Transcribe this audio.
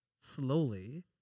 slowly